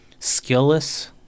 skillless